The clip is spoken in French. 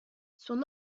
son